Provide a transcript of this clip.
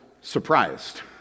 surprised